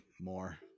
more